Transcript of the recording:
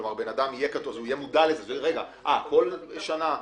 שאדם יהיה מודע לזה, כל שנה.